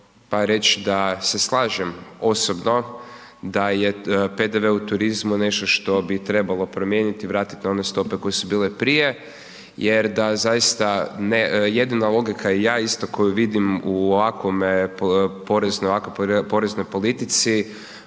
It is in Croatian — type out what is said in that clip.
reći da se slažem osobno da je PDV u turizmu nešto što bi trebalo promijeniti, vratiti na one stope koje su bile prije, jer da zaista, jedina logika i ja isto koju vidim u ovakvome poreznom,